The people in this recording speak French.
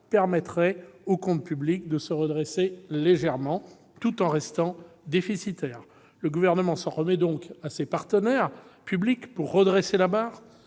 permettraient aux comptes publics de se redresser légèrement, tout en restant déficitaires. Le Gouvernement s'en remet donc à ses partenaires publics pour redresser la barre,